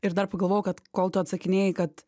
ir dar pagalvojau kad kol tu atsakinėji kad